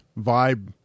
vibe